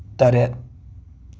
ꯇꯔꯦꯠ